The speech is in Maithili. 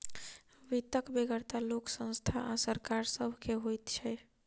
वित्तक बेगरता लोक, संस्था आ सरकार सभ के होइत छै